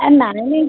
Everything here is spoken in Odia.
ଏ ନାଇଁ ନାଇଁ